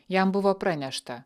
jam buvo pranešta